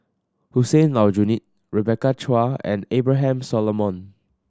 Hussein Aljunied Rebecca Chua and Abraham Solomon